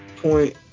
point